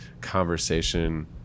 conversation